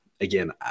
Again